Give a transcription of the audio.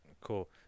Cool